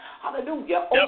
hallelujah